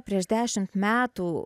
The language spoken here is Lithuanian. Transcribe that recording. prieš dešimt metų